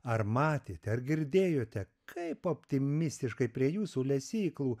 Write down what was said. ar matėte ar girdėjote kaip optimistiškai prie jūsų lesyklų